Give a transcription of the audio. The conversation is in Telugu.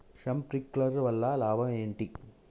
శప్రింక్లర్ వల్ల లాభం ఏంటి?